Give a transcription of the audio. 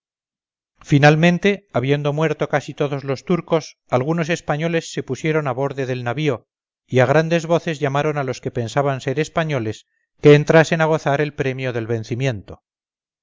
finalmente habiendo muerto casi todos los turcos algunos españoles se pusieron a borde del navío y a grandes voces llamaron a los que pensaban ser españoles que entrasen a gozar el premio del vencimiento